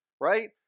right